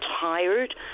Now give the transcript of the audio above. tired